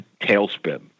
tailspin